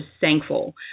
thankful